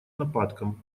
нападкам